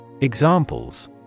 Examples